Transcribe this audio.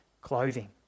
clothing